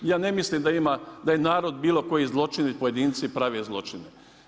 Ja ne mislim da ima, da je narod bilo koji zloćin jer pojedinci prave zločine.